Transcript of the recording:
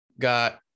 got